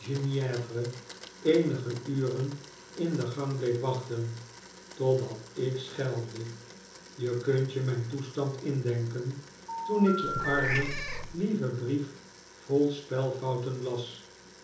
genievre eenige uren in de gang bleef wachten totdat ik schelde je kunt je mijn toestand indenken toen ik je armen lieven brief vol spelfouten las